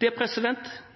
Det